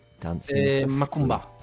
Macumba